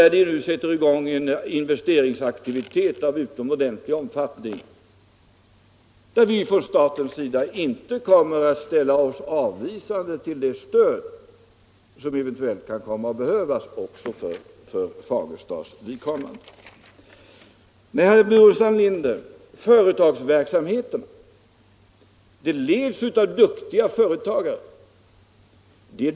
Man sätter nu i gång en investeringsaktivitet av utomordentlig omfattning, där vi från statens sida inte kommer att ställa oss avvisande till det stöd som eventuellt kan behövas för Fagerstas vidkommande. Företagsverksamheten, herr Burenstam Linder, har duktiga ledare.